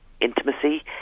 intimacy